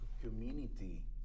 community